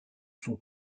son